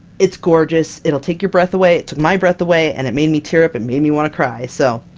it's gorgeous, it'll take your breath away, it took my breath away and it made me tear up, and made and me want to cry! so,